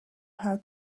how